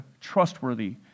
trustworthy